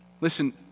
Listen